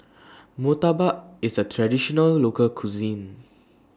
Murtabak IS A Traditional Local Cuisine